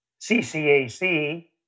CCAC